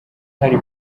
hari